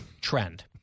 trend